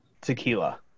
Tequila